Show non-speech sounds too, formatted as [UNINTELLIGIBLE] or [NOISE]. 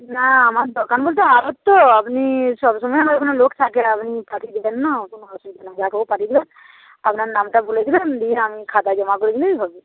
না আমার দোকান বলতে আড়ত তো আপনি সব সময় আপনার লোক থাকে আপনি পাঠিয়ে দেবেন না কোন অসুবিধা নেই যাকে হোক পাঠিয়ে দেবেন আপনার নামটা বলে দেবেন [UNINTELLIGIBLE] আমি খাতায় জমা করে দিলেই হবে